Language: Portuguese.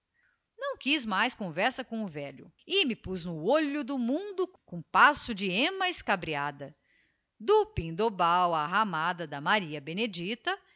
não quiz mais conversa com o velho e me puz no olho do mundo com passo de ema escabreada do pindobal á ramada da maria benedicta